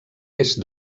est